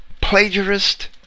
plagiarist